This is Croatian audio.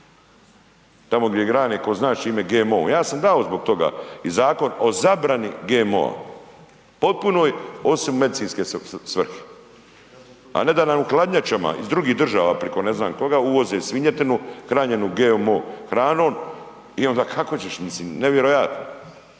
Tamo gdje hrane tko zna s čime, GMO. Ja sam dao zbog toga i Zakon o zabrani GMO-a potpunoj osim medicinske svrhe, a ne da nam u hladnjačama iz drugih država preko ne znam koga uvoze svinjetinu hranjenu GMO hranom. I onda kako ćeš? Mislim nevjerojatno.